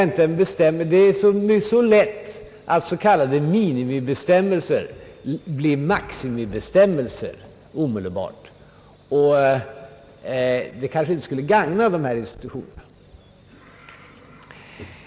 Det är så lätt att s.k. minimibestämmelser omedelbart blir maximibestäm melser, och det skulle kanske inte gagna den här institutionen.